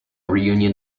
reunion